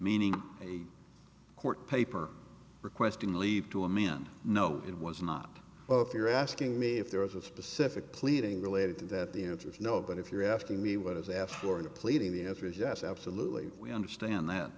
meaning the court paper requesting leave to a man no it was not but if you're asking me if there was a specific pleading related to that the answer is no but if you're asking me what is asked for in a pleading the answer is yes absolutely we understand that